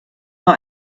war